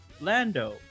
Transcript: lando